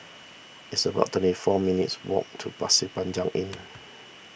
it's about twenty four minutes' walk to Pasir Panjang Inn